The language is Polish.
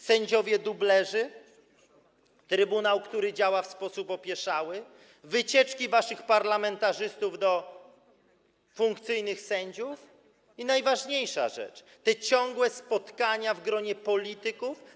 Sędziowie dublerzy, trybunał, który działa w sposób opieszały, wycieczki waszych parlamentarzystów do funkcyjnych sędziów i najważniejsza rzecz: te ciągłe spotkania w gronie polityków.